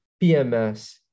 PMS